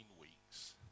weeks